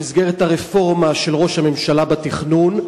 במסגרת הרפורמה של ראש הממשלה בתכנון,